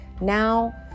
now